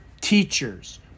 teachers